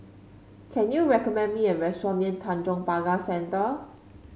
can you recommend me a restaurant near Tanjong Pagar Centre